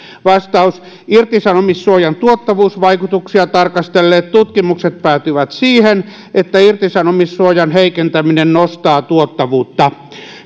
vastaus irtisanomissuojan tuottavuusvaikutuksia tarkastelleet tutkimukset päätyvät siihen että irtisanomissuojan heikentäminen nostaa tuottavuutta